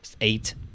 eight